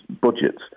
budgets